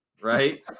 Right